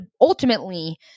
ultimately